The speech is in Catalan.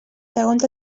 segons